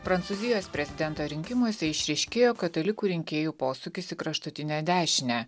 prancūzijos prezidento rinkimuose išryškėjo katalikų rinkėjų posūkis į kraštutinę dešinę